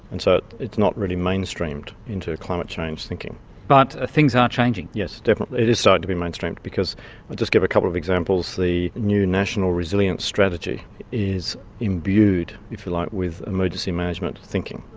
and so it's not really mainstreamed into climate change thinking but ah things are changing? yes, definitely, it is starting to be mainstream because. i'll just give a couple of examples, the new national resilience strategy is imbued ah like with emergency management thinking,